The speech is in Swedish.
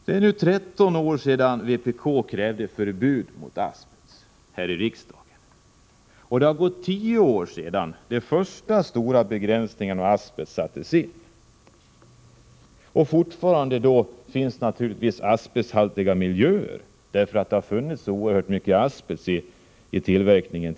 Det är nu 13 år sedan vpk här i riksdagen krävde förbud mot asbest, och det har gått 10 år sedan de första stora begränsningarna vad gäller asbest sattes in. Fortfarande finns naturligtvis asbesthaltiga miljöer därför att det tidigare har funnits så oerhört mycket asbest i tillverkningen.